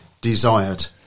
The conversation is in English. desired